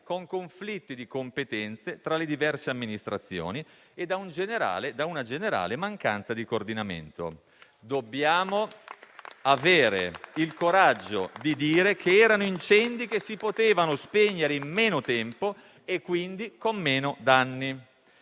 con conflitti di competenze tra le diverse amministrazioni, e da una generale mancanza di coordinamento. Dobbiamo avere il coraggio di dire che erano incendi che si sarebbero potuti spegnere in meno tempo e quindi con meno danni.